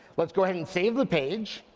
let's go ahead and save the page.